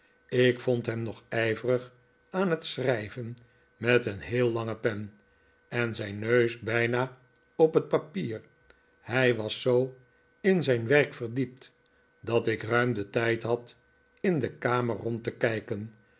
ik vond hem nog ijverig aan het schrijven met een heel lange pen en zijn neus bijna op het papier hij was zoo in zijn werk verdiept dat ik ruim den tijd had in de kamer rond te kijken